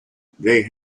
they